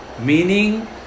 meaning